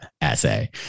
essay